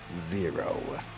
Zero